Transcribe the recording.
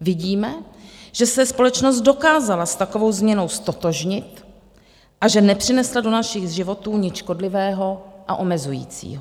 Vidíme, že se společnost dokázala s takovou změnou ztotožnit a že nepřinesla do našich životů nic škodlivého a omezujícího.